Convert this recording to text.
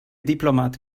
diplomat